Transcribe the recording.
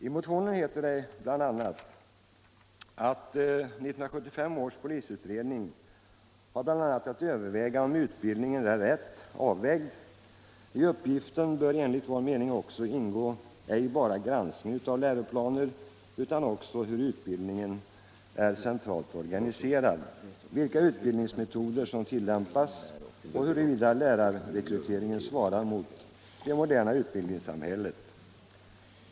"1975 års polisutredning har bland annat att överväga om utbildningen i dag är rätt avvägd. I uppgiften bör enligt vår mening också ingå ej bara en granskning av läroplaner utan också hur utbildningen är centralt organiserad, vilka utbildningsmetoder som tillämpas och huruvida lärarrekryteringen svarar mot det moderna utbildningssamhället.